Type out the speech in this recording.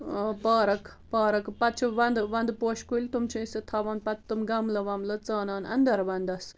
park park پتہٕ چھِ ونٛدٕ ونٛدٕ پوشہِ کُلۍ تِم چھِ أسۍ سُہ تھاوان پتہٕ تِم گملہٕ وملہٕ ژانان انٛدر ونٛدس